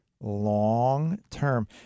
long-term